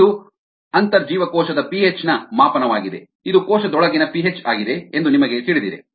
ಇದು ಅಂತರ್ಜೀವಕೋಶದ ಪಿಹೆಚ್ ನ ಮಾಪನವಾಗಿದೆ ಇದು ಕೋಶಗಳೊಳಗಿನ ಪಿಹೆಚ್ ಆಗಿದೆ ಎಂದು ನಿಮಗೆ ತಿಳಿದಿದೆ